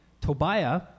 Tobiah